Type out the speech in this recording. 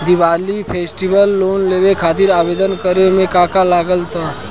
Diwali festival loan लेवे खातिर आवेदन करे म का का लगा तऽ?